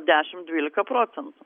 dešimt dvylika procentų